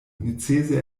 necese